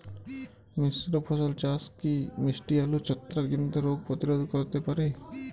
মিশ্র ফসল চাষ কি মিষ্টি আলুর ছত্রাকজনিত রোগ প্রতিরোধ করতে পারে?